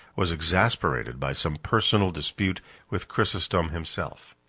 was exasperated by some personal dispute with chrysostom himself.